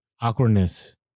awkwardness